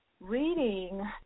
reading